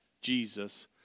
Jesus